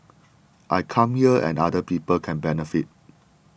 I come here and other people can benefit